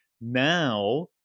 now